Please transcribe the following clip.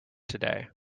today